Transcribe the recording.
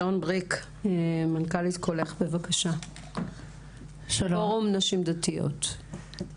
שרון בריק, מנכ"לית קולך פורום נשים דתיות, בבקשה.